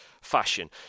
fashion